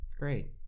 great